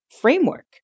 framework